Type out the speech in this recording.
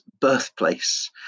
birthplace